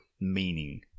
meaning